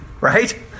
right